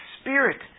Spirit